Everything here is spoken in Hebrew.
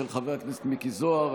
של חבר הכנסת מיקי זוהר.